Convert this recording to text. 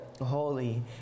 holy